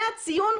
זה הציון,